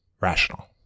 rational